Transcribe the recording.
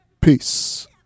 Peace